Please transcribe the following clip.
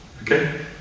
Okay